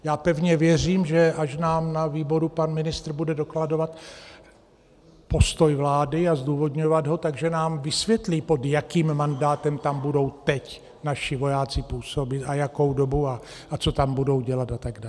Já pevně věřím, že až nám na výboru pan ministr bude dokladovat postoj vlády a zdůvodňovat ho, že nám vysvětlí, pod jakým mandátem tam budou teď naši vojáci působit a jakou dobu a co tam budou dělat atd.